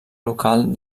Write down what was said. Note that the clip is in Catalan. local